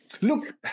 look